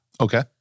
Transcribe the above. Okay